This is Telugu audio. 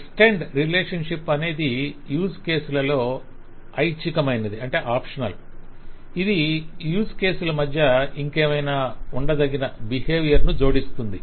ఎక్స్టెండ్ రిలేషన్షిప్ అనేది యూజ్ కేసులలో లో ఐచ్ఛికమైనది ఇది యూస్ కేసుల మధ్య ఇంకేమైనా ఉండదగిని బిహేవియర్ ను జోడిస్తుంది